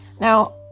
Now